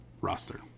roster